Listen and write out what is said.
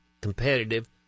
competitive